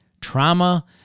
trauma